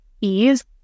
ease